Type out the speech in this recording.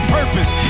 purpose